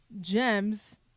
gems